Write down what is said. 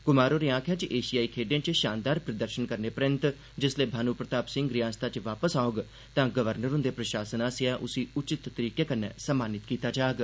कुमार होरे आखेआ जे एशियाई खेड्ढें च शानदार प्रदर्शन करने परैन्त जिसलै भानु प्रताप सिंह रिआसता च वापस औग तां गवर्नर हुंदे प्रशासन आसेआ उसी उचित तरीके कन्नै सम्मानित कीता जाग